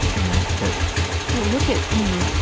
you know, that well, look at, you know,